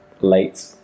late